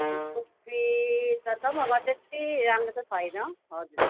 फुलकोपी त छ मगर त्यति राम्रो त छैन हजुर